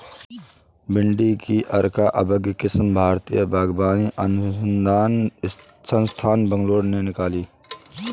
भिंडी की अर्का अभय किस्म भारतीय बागवानी अनुसंधान संस्थान, बैंगलोर ने निकाली